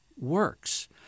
works